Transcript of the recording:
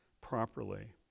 properly